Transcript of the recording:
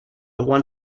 want